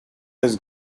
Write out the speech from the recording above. has